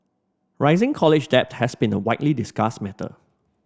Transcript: rising college debt has been a widely discussed matter